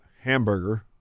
hamburger